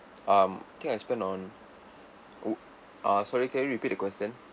um I think I spend on oo ah sorry can you repeat the question